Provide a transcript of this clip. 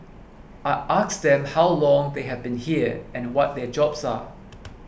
I asked them how long they have been here and what their jobs are